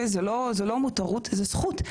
זו לא מותרות, זו זכות.